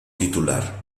titular